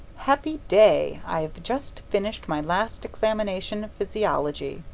happy day! i've just finished my last examination physiology.